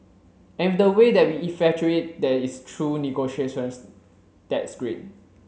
and the way that we effectuate that is through negotiations that's great